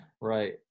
Right